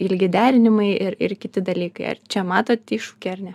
ilgi derinimai ir ir kiti dalykai ar čia matot iššūkį ar ne